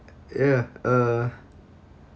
ya uh